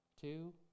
two